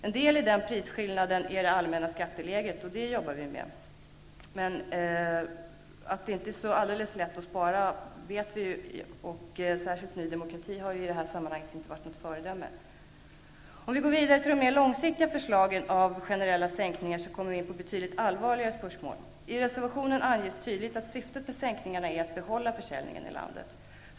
En del i den prisskillnaden är det allmänna skatteläget, och det jobbar vi med. Men att det inte är så alldeles lätt att spara vet vi ju, och särskilt Ny demokrati har i det sammanhanget inte varit något föredöme. Om vi går vidare till de mer långsiktiga förslagen när det gäller generella sänkningar kommer vi in på betydligt allvarligare spörsmål. I reservationen anges tydligt att syftet med sänkningarna är att behålla försäljningen i landet.